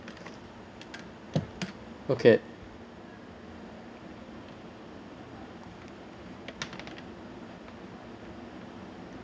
okay